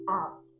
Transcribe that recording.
out